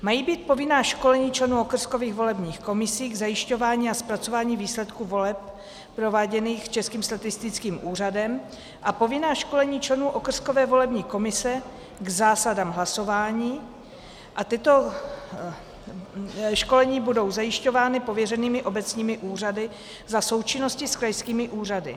Mají být povinná školení členů okrskových volebních komisí k zajišťování a zpracování výsledků voleb prováděných Českým statistickým úřadem a povinná školení členů okrskové volební komise k zásadám hlasování a tato školení budou zajišťována pověřenými obecními úřady za součinnosti s krajskými úřady.